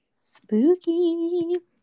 spooky